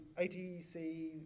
ATC